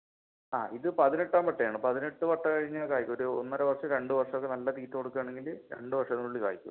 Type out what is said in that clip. ആ ഇത് പതിനെട്ടാം പട്ട ആണ് പതിനെട്ട് പട്ട കഴിഞ്ഞാൽ കായ്ക്കും ഇത് ഒരു ഒന്നര വർഷം രണ്ട് വർഷം ഒക്കെ നല്ല തീറ്റ കൊടുക്കുകയാണെങ്കിൽ രണ്ട് വർഷം കൊണ്ട് കായ്ക്കും